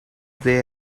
they